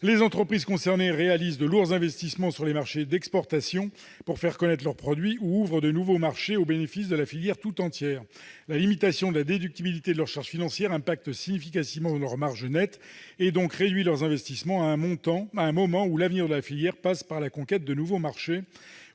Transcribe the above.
Les entreprises concernées réalisent de lourds investissements sur les marchés d'exportation pour faire connaître leurs produits. Ils ouvrent également de nouveaux marchés au bénéfice de la filière tout entière. La limitation de la déductibilité de leurs charges financières impacte significativement leur marge nette et réduit leurs investissements, à un moment où l'avenir de la filière passe par la conquête de nouveaux marchés